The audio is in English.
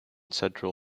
central